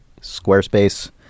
Squarespace